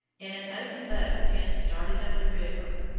in an open boat penn started up the river.